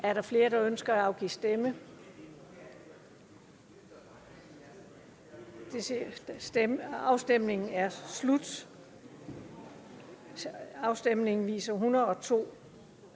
Er der flere, der ønsker at afgive stemme? Afstemningen slutter.